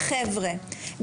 חבר'ה,